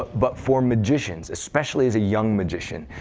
but for magicians, especially as a young magician,